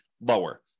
lower